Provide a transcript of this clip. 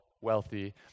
wealthy